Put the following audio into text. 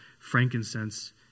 frankincense